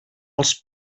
els